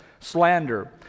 slander